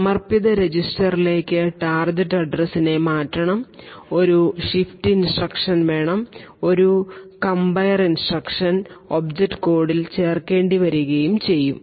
സമർപ്പിത രജിസ്റ്ററിലേക്ക് ടാർഗെറ്റ് അഡ്രസ്സിനെ മാറ്റണം ഒരു ഷിഫ്ട് ഇൻസ്ട്രക്ഷൻ വേണം ഒരു കമ്പയർ ഇൻസ്ട്രക്ഷൻ ഒബ്ജക്റ്റ് കോഡിൽ ചേർക്കേണ്ടി വരുകയും ചെയ്യുന്നു